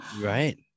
right